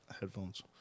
headphones